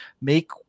make